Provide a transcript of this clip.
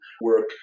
work